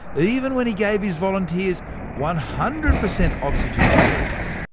even when he gave his volunteers one hundred per cent oxygen to breathe,